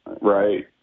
right